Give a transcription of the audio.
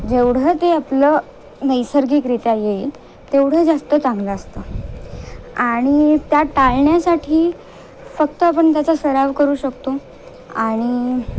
जेवढं ते आपलं नैसर्गिकरित्या येईल तेवढं जास्त चांगलं असतं आणि त्या टाळण्यासाठी फक्त आपण त्याचा सराव करू शकतो आणि